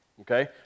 Okay